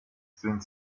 sind